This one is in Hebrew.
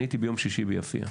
אני הייתי ביום שישי ביפיע.